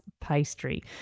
pastry